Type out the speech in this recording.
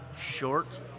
short